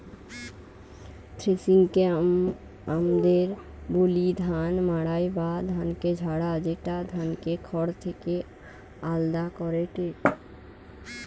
থ্রেশিংকে আমদের বলি ধান মাড়াই বা ধানকে ঝাড়া, যেটা ধানকে খড় থেকে আলদা করেটে